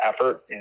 effort